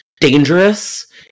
dangerous